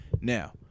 Now